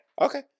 Okay